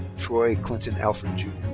troy clinton alford jr.